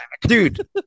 Dude